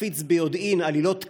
שמפיץ ביודעין עלילות כזב,